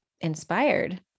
inspired